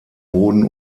boden